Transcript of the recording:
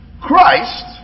Christ